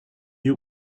you